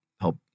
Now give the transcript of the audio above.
help